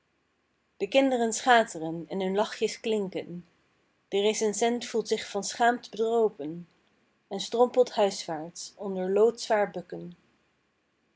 de kinderen schateren en hun lachjes klinken de recensent voelt zich van schaamt bedropen en strompelt huiswaarts onder loodzwaar bukken